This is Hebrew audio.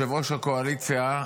ראש הקואליציה,